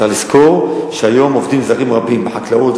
צריך לזכור שהיום עובדים זרים רבים בחקלאות,